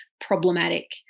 problematic